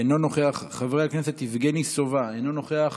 אינו נוכח, חבר הכנסת יבגני סובה, אינו נוכח.